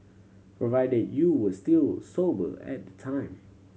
provided you were still sober at the time